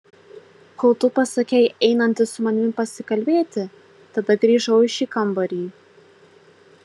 kol tu pasakei einantis su manimi pasikalbėti tada grįžau į šį kambarį